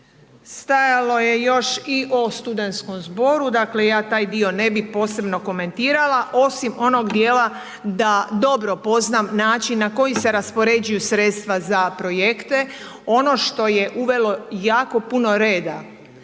stajalo je još i o studentskom zboru, dakle ja taj dio ne bi posebno komentirala osim onog dijela da dobro poznam način na koji se raspoređuju sredstava za projekte. Ono što je uvelo jako puno reda